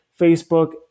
Facebook